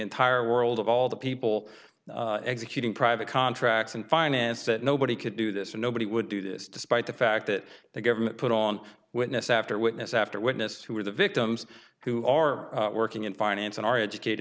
entire world of all the people executing private contracts and finance that nobody could do this and nobody would do this despite the fact that the government put on witness after witness after witness who were the victims who are working in finance and are educated